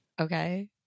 okay